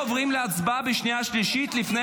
לא עוברים להצבעה בשנייה ושלישית לפני